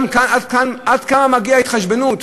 גם עד כאן מגיעה התחשבנות?